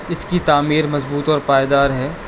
اس کی تعمیر مضبوط اور پائیدار ہے